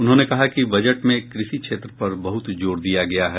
उन्होंने कहा कि बजट में कृषि क्षेत्र पर बहुत जोर दिया गया है